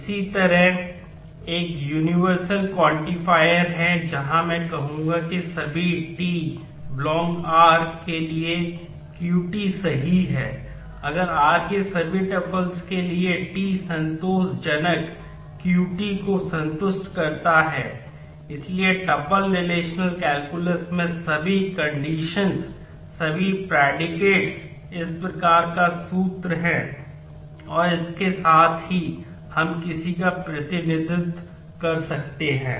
इसी तरह एक यूनिवर्सल क्वांटिफायर इस प्रकार का सूत्र हैं और इसके साथ ही हम किसी का प्रतिनिधित्व कर सकते हैं